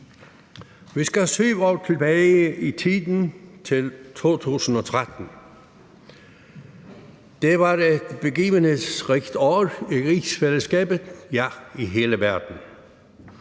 Vi skal 7 år tilbage i tiden til 2013. Det var et begivenhedsrigt år i rigsfællesskabet – ja, i hele verden.